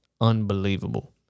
unbelievable